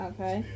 Okay